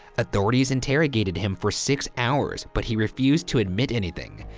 authorities interrogated him for six hours but he refused to admit anything.